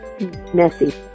messy